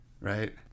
right